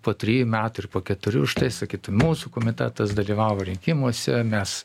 po trijų metų ir po keturių štai sakytų mūsų komitetas dalyvavo rinkimuose mes